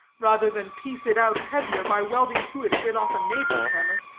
rather than piece it out heavier by welding to it a bit off a neighbor's hammer,